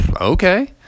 okay